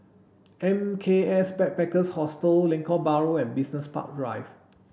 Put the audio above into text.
N K S Backpackers Hostel Lengkok Bahru and Business Park Drive